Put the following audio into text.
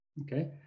Okay